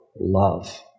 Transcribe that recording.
love